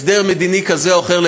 הסדר מדיני כזה או אחר,